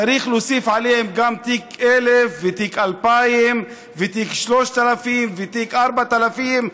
צריך להוסיף עליהם גם תיק 1000 ותיק 2000 ותיק 3000 ותיק 4000,